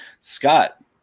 Scott